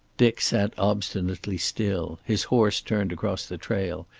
dick sat obstinately still, his horse turned across the trail,